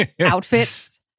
outfits